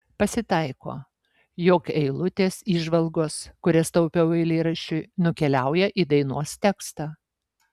pasitaiko jog eilutės įžvalgos kurias taupiau eilėraščiui nukeliauja į dainos tekstą